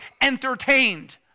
entertained